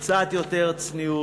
קצת יותר צניעות,